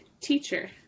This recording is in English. Teacher